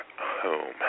home